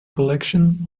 collection